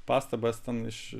pastabas ten iš